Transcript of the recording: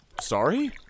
sorry